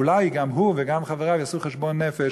אולי גם הוא וגם חבריו יעשו חשבון נפש